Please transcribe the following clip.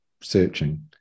searching